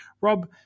Rob